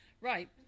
Right